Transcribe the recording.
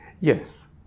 Yes